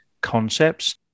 concepts